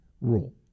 rule